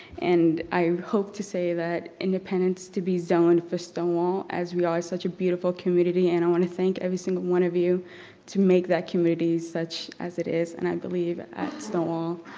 and i hope to say that independence to be zoned for stonewall as we are such a beautiful community and i wanna thank every single one of you to make that community such as it is and i believe at stonewall.